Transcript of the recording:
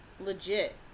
Legit